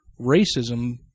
racism